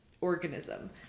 organism